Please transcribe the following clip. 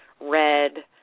red